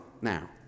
now